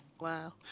Wow